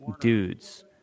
dudes